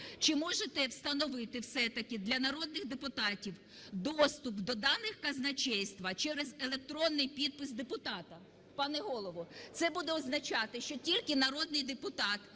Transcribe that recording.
Чи можете встановити все-таки для народних депутатів доступ до даних казначейства через електронний підпис депутата? Пане Голово, це буде означати, що тільки народний депутат